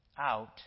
out